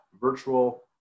virtual